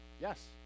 Yes